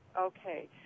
okay